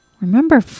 Remember